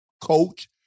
coach